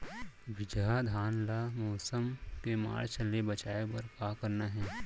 बिजहा धान ला मौसम के मार्च ले बचाए बर का करना है?